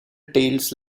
tales